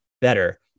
better